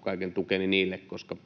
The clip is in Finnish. kaiken tukeni niille, koska